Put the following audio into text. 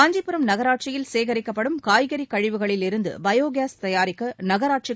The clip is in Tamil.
காஞ்சிபுரம் நகராட்சியில் சேகரிக்கப்படும் காய்கறி கழிவுகளிலிருந்து பயோ கேஸ் தயாரிக்க நகராட்சிக்கும்